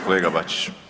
kolega Bačić.